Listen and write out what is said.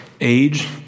age